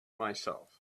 myself